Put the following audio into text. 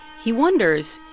he wonders,